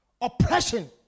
oppression